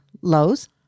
Lowe's